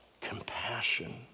compassion